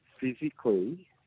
Physically